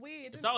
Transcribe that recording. weird